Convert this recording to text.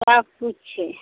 सब किछु छै